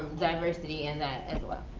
diversity in that as well, if